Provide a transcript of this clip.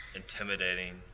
intimidating